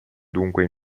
dunque